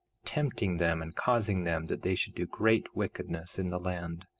tempting them and causing them that they should do great wickedness in the land.